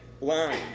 line